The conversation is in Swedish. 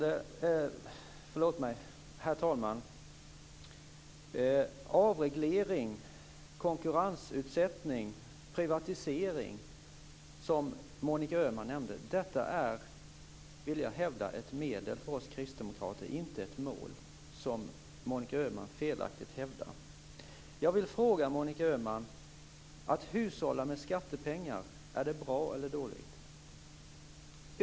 Jag vill hävda att avreglering, konkurrensutsättning och privatisering, som Monica Öhman nämnde, för oss kristdemokrater är medel inte mål, vilket Monica Öhman felaktigt hävdade. Jag vill ställa en fråga till Monica Öhman. Att hushålla med skattepengar, är det bra eller dåligt?